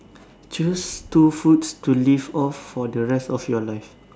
choose two foods to live off for the rest of your life